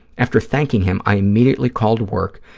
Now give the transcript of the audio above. after thanking him, i immediately called work